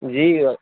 جی وہ